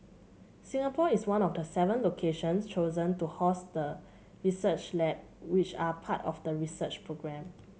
Singapore is one of seven locations chosen to host the research lab which are part of the research programme